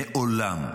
מעולם,